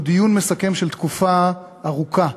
הוא דיון מסכם של תקופה ארוכה,